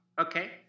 Okay